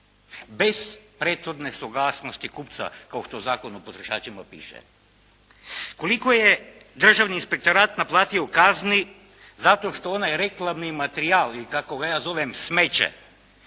Bez prethodne suglasnosti kupca, kao što Zakon o potrošačima piše. Koliko je državni inspektorat naplatio kazni, zato što onaj reklamni materijal, ili kako ga ja zovem smeće,